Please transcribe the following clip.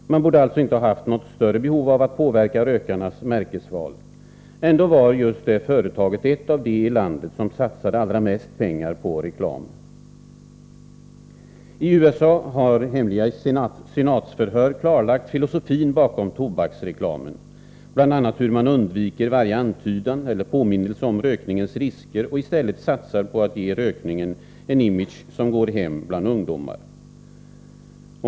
Det borde alltså inte ha haft något större behov av att påverka rökarnas märkesval. Ändå var just det företaget ett av de i landet som satsade mest pengar på reklam. I USA har hemliga senatsförhör klarlagt filosofin bakom tobaksreklamen, bl.a. hur man undviker varje antydan eller påminnelse om rökningens risker och i stället satsar på att ge rökningen en image som går hem bland ungdomar.